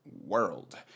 world